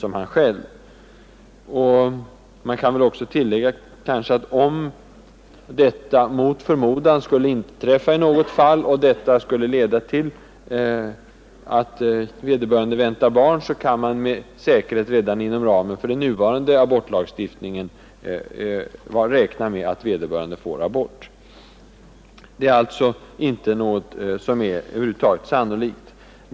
Och det kan tilläggas, att om detta mot förmodan skulle inträffa i något fall och leda till att vederbörande väntar barn, kan man med säkerhet redan inom ramen för den nuvarande abortlagstiftningen räkna med att abort beviljas. Detta är alltså inte något som över huvud taget är sannolikt.